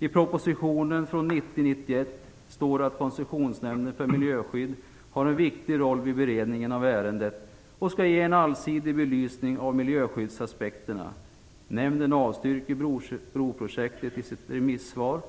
I propositionen från 1990/91 står att Koncessionsnämnden för miljöskydd har en viktig roll vid beredningen av ärendet och skall ge en allsidig belysning av miljöskyddsaspekterna. Nämnden avstyrker broprojektet enligt naturresurslagen i sitt remissvar.